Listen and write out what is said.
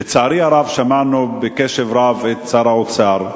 לצערי הרב, שמענו בקשב רב את שר האוצר,